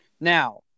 Now